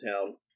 Town